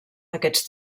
aquests